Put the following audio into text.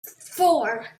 four